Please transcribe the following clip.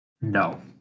No